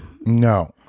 No